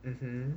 mmhmm